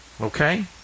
Okay